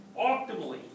optimally